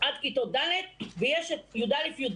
עד כיתות ד', ויש את י"א-י"ב.